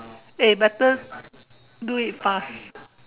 eh better do it fast